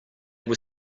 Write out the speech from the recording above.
were